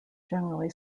generally